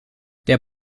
der